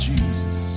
Jesus